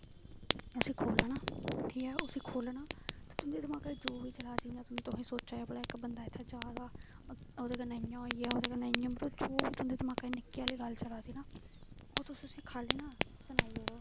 उसी खोलना ठीक ऐ उसी खोलना तुंदे दिमाके च चला दा जियां तुस सोचा दे भला इक बंदा इत्थे ओहदे कन्ने इयां होई गया ओहदे कन्नै इयां जो बी तुंदे दिमाके च निक्की सारी गल्ल चला दी ना ओह् तुस उसी गल्ल गी ना सनाई